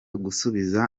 gusubiza